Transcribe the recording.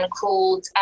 called